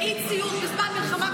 לאי-ציות בזמן מלחמה,